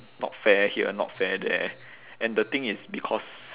not fair here not fair there and the thing is because